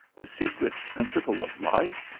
the secret principle of life,